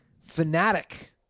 Fanatic